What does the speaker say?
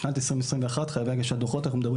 בשנת 2021 חייבי הגשת דוחות אנחנו מדברים